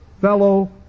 fellow